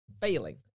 failing